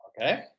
okay